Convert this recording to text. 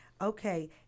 Okay